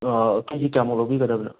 ꯀꯦꯖꯤ ꯀꯌꯥꯃꯨꯛ ꯂꯧꯕꯤꯒꯗꯕꯅꯣ